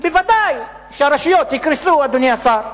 אדוני השר,